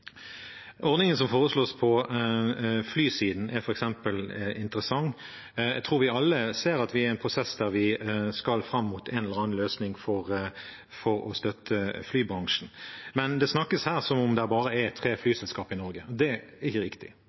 Ordningen som foreslås på flysiden, er f.eks. interessant. Jeg tror vi alle ser at vi er i en prosess der vi skal fram mot en eller annen løsning for å støtte flybransjen, men det snakkes her som om det bare er tre flyselskaper i Norge. Det er ikke riktig.